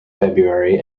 february